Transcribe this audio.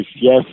Yes